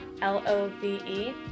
L-O-V-E